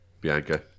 Bianca